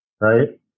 right